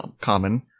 common